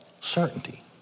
certainty